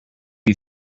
you